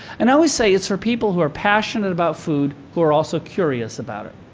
and i always say it's for people who are passionate about food, who are also curious about it.